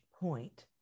point